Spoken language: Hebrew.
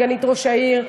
סגנית ראש העיר.